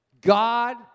God